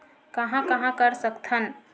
कहां कहां कर सकथन?